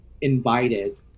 invited